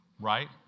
right